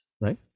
right